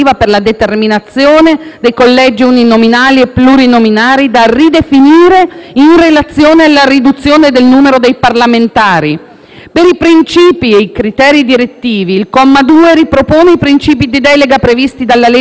Per i princìpi e i criteri direttivi, il comma 2 ripropone i princìpi di delega previsti dalla legge n. 165 del 2017, in base ai quali - e cito - «nelle zone in cui siano presenti minoranze linguistiche riconosciute,